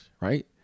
right